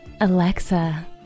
Alexa